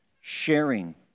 Sharing